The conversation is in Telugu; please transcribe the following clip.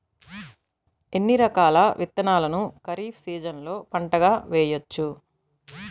ఎన్ని రకాల విత్తనాలను ఖరీఫ్ సీజన్లో పంటగా వేయచ్చు?